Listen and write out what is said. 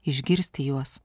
išgirsti juos